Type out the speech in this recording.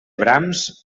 brams